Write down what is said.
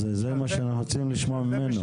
אז זה מה שאנחנו רוצים לשמוע ממנו.